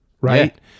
Right